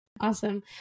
awesome